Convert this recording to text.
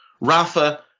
Rafa